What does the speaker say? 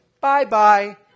bye-bye